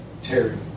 Terry